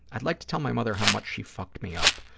i'd like to tell my mother how much she fucked me up,